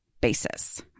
basis